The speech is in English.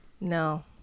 No